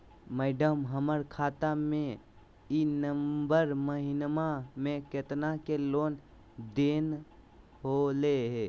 madam, हमर खाता में ई नवंबर महीनमा में केतना के लेन देन होले है